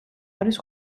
არის